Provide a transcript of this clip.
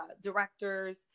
directors